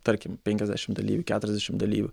tarkim penkiasdešim dalyvių keturiasdešim dalyvių